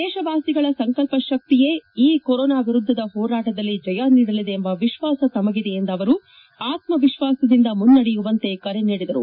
ದೇಶವಾಸಿಗಳ ಸಂಕಲ್ಪ ಶಕ್ತಿಯೇ ಈ ಕೊರೊನಾ ವಿರುದ್ಧದ ಹೋರಾಟದಲ್ಲಿ ಜಯ ನೀಡಲಿದೆ ಎಂಬ ವಿಶ್ವಾಸ ತಮಗಿದೆ ಎಂದ ಅವರು ಆತ್ಮವಿಶ್ವಾಸದಿಂದ ಮುನ್ನಡೆಯುವಂತೆ ಕರೆ ನೀಡಿದರು